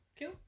Cool